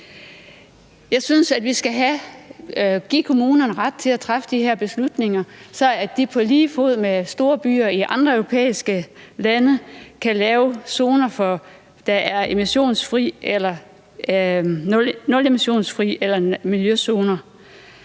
Jeg synes, vi skal give kommunerne ret til at træffe de her beslutninger, så de på lige fod med store byer i andre europæiske lande kan lave emissionsfrie zoner eller miljøzoner.